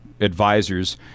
advisors